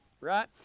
right